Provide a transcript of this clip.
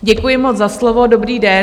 Děkuji moc za slovo, dobrý den.